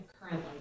currently